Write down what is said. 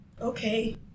Okay